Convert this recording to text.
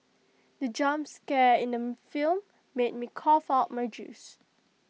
the jump scare in the film made me cough out my juice